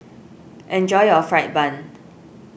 enjoy your Fried Bun